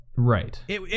Right